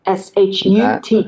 shut